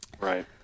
Right